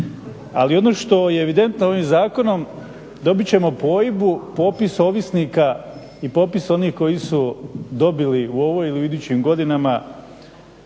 Ali ono što je evidentno ovim zakonom, dobit ćemo pojbu, popis ovisnika i popis onih koji su dobili u ovoj ili u idućim godinama